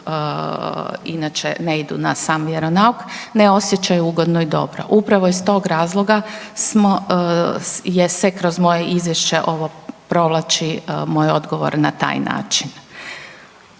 inače ne idu na sam vjeronauk ne osjećaju ugodno i dobro. Upravo iz tog razloga smo, je se kroz moje izvješće ovo provlači moj odgovor na taj način.